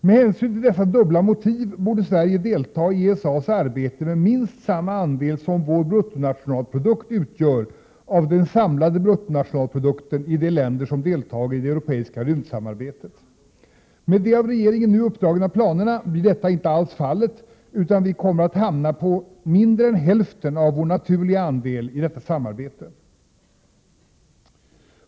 Med hänsyn till dessa dubbla motiv borde Sverige delta i ESA:s arbete med minst samma andel som vår bruttonationalprodukt utgör av den samlade bruttonationalprodukten i de länder som deltar i det europeiska rymdsamarbetet. Med de av regeringen nu uppdragna planerna blir detta inte alls fallet, utan vi kommer att hamna på mindre än hälften av vår ”naturliga” andel i detta samarbete.